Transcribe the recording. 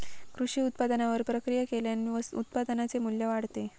कृषी उत्पादनावर प्रक्रिया केल्याने उत्पादनाचे मू्ल्य वाढते